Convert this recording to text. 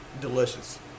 delicious